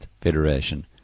federation